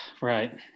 right